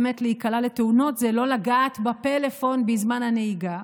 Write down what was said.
שבאמת לא להיקלע לתאונות זה לא לגעת בפלאפון בזמן הנהיגה,